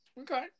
Okay